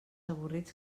avorrits